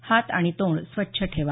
हात आणि तोंड स्वच्छ ठेवा